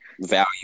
value